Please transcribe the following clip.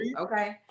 okay